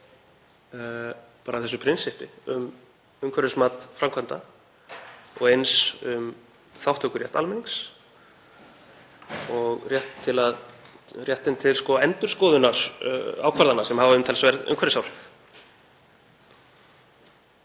undan þessu prinsippi um umhverfismat framkvæmda og eins um þátttökurétt almennings og réttinn til endurskoðunar ákvarðana sem hafa umtalsverð umhverfisáhrif.